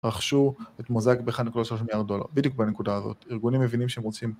רכשו את מוזאיק ב-1.3 מיליארד דולר בדיוק בנקודה הזאת. ארגונים מבינים שהם רוצים